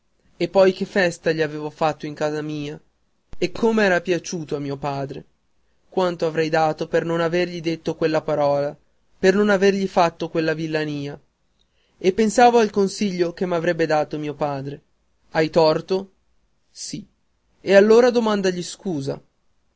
e poi che festa gli avevo fatto in casa mia e come era piaciuto a mio padre quanto avrei dato per non avergli detto quella parola per non avergli fatto quella villania e pensavo al consiglio che m'avrebbe dato mio padre hai torto sì e allora domandagli scusa